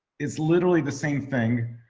it's literally the same thing.